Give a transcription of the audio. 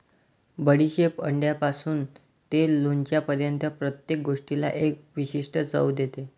बडीशेप अंड्यापासून ते लोणच्यापर्यंत प्रत्येक गोष्टीला एक विशिष्ट चव देते